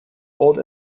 old